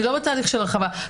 לא בתהליך של הרחבה.